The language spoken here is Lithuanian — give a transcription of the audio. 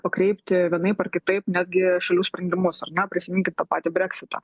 pakreipti vienaip ar kitaip netgi šalių sprendimus ar ne prisiminkit tą patį breksitą